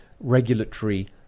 regulatory